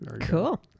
cool